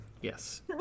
Yes